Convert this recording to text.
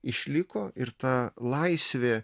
išliko ir ta laisvė